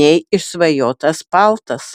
nei išsvajotas paltas